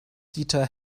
dieter